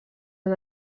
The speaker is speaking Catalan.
han